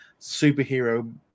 superhero